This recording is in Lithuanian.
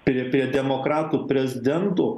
prie prie demokratų prezidentų